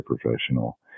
professional